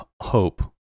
hope